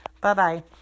Bye-bye